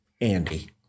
Andy